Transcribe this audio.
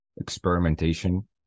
experimentation